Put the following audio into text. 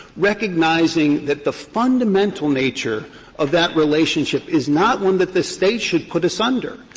recognizing that the fundamental nature of that relationship is not one that the state should put asunder.